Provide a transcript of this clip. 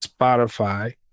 Spotify